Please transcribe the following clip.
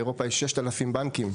באירופה יש כ-6,000 בנקים,